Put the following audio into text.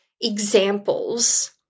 examples